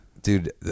Dude